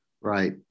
Right